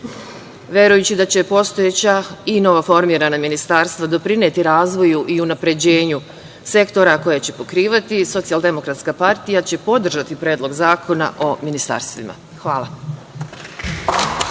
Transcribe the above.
Verujući da će postojeća i novoformirana ministarstva doprineti razvoju i unapređenju sektora koja će pokrivati, SDPS će podržati Predlog zakona o ministarstvima. Hvala.